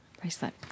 bracelet